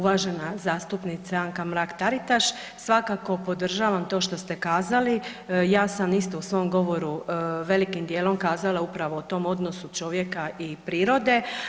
Uvažena zastupnice Anka Mrak Taritaš svakako podržavam to što ste kazali, ja sam isto u svom govoru velikim dijelom kazala o tom odnosu čovjeka i prirode.